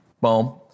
boom